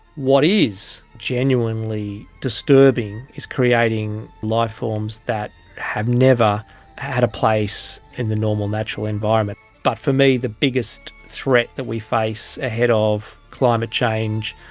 what is genuinely disturbing is creating lifeforms that have never had a place in the normal natural environment. but for me, the biggest threat that we face ahead of climate change,